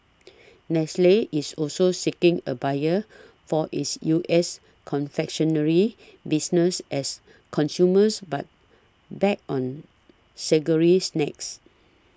Nestle is also seeking a buyer for its U S confectionery business as consumers but back on sugary snacks